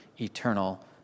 eternal